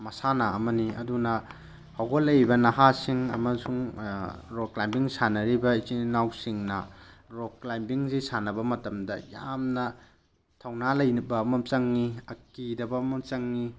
ꯃꯁꯥꯟꯅ ꯑꯃꯅꯤ ꯑꯗꯨꯅ ꯍꯧꯒꯠꯂꯛꯏꯕ ꯅꯍꯥꯁꯤꯡ ꯑꯃꯁꯨꯡ ꯔꯣꯛ ꯀ꯭ꯂꯥꯏꯝꯕꯤꯡ ꯁꯥꯟꯅꯔꯤꯕ ꯏꯆꯤꯟ ꯏꯅꯥꯎꯁꯤꯡꯅ ꯔꯣꯛ ꯀ꯭ꯂꯥꯏꯝꯕꯤꯡꯁꯦ ꯁꯥꯟꯅꯕ ꯃꯇꯝꯗ ꯌꯥꯝꯅ ꯊꯧꯅ ꯂꯩꯅꯕ ꯑꯃ ꯆꯪꯏ ꯀꯤꯗꯕ ꯑꯃ ꯆꯪꯏ